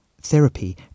Therapy